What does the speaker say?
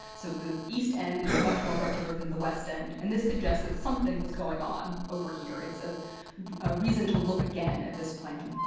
so the east end is much more regular than the west end and this suggests that something was going on over here. it's a ah reason to look again at this plan.